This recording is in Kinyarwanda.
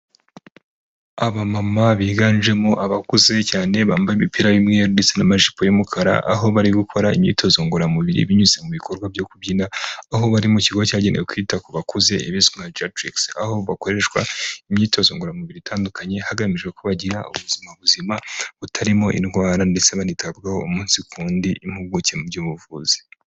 Aba mama biganjemo abakuze cyane bambaye imipiramweru ndetse n'amajipo y'umukara aho bari gukora imyitozo ngororamubiri binyuze mu bikorwa byo kubyina, aho bari mu kigo cyagenewe kwita ku bakuze jackcrix, aho bakoreshwa imyitozo ngororamubiri itandukanye hagamijwe ko bagira ubuzima buzima butarimo indwara ndetse banitabwaho umunsi ku wundi n'impuguke mu by'ubuvuzi.